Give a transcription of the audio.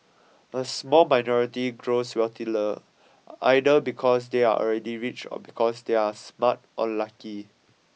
a small minority grows wealthier either because they are already rich or because they are smart or lucky